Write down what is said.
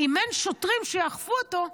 אם אין שוטרים שיאכפו אותו,